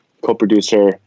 co-producer